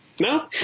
No